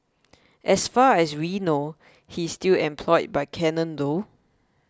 as far as we know he's still employed by Canon though